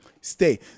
Stay